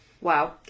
Wow